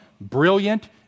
brilliant